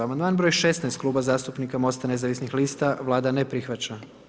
Amandman broj 16 Kluba zastupnika Mosta nezavisnih lista, Vlada ne prihvaća.